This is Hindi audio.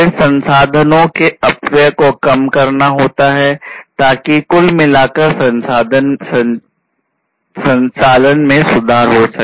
फिर संसाधनों के अपव्यय को कम करना होता है ताकि कुल मिलाकर संचालन में सुधार हो सके